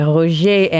Roger